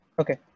Okay